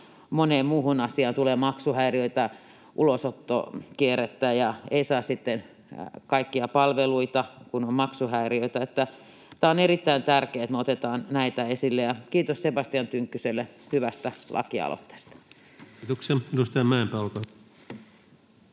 moneen muuhun asiaan: tulee maksuhäiriöitä, ulosottokierrettä — ja ei saa sitten kaikkia palveluita, kun on maksuhäiriöitä. Tämä on erittäin tärkeää, että me otamme näitä esille. Ja kiitos Sebastian Tynkkyselle hyvästä lakialoitteesta. Kiitoksia.